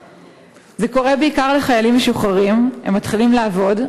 קורה בעיקר לחיילים משוחררים: הם מתחילים לעבוד,